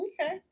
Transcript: okay